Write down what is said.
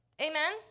Amen